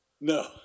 No